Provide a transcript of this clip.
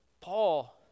Paul